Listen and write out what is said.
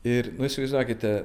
ir nu įsivaizduokite